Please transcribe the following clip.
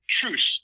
Truce